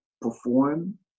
perform